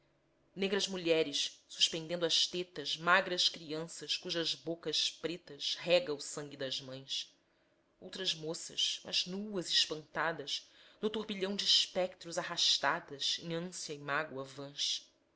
negras mulheres suspendendo às tetas magras crianças cujas bocas pretas rega o sangue das mães outras moças mas nuas e espantadas no turbilhão de espectros arrastadas em ânsia e mágoa vãs